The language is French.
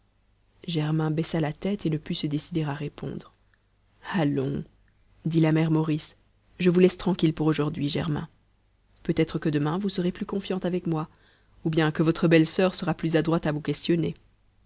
germain baissa la tête et ne put se décider à répondre allons dit la mère maurice je vous laisse tranquille pour aujourd'hui germain peut-être que demain vous serez plus confiant avec moi ou bien que votre belle sur sera plus adroite à vous questionner